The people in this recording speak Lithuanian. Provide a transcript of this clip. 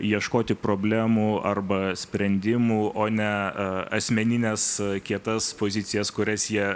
ieškoti problemų arba sprendimų o ne asmenines kietas pozicijas kurias jie